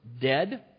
dead